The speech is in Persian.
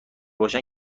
باشن